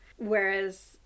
Whereas